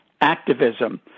activism